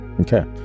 Okay